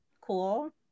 cool